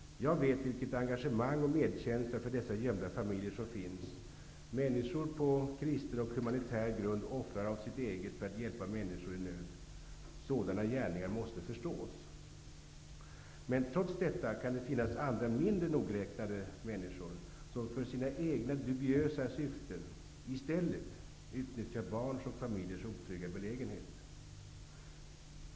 Jag vet vilket engagemang och vilken medkänsla för dessa gömda familjer som finns. Människor offrar på kristen och humanitär grund av sitt eget för att hjälpa människor i nöd. Sådana gärningar måste förstås. Men trots detta kan det finnas andra mindre nogräknade människor som för sina egna dubiösa syften i stället utnyttjar barns och familjers otrygga belägenhet.